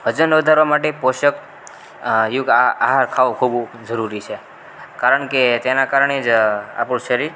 વજન વધારવા માટે પોષક યુક્ત આહાર ખાવો ખૂબ જરૂરી છે કારણ કે તેનાં કારણે જ આપણું શરીર